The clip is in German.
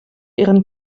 ihren